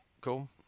Cool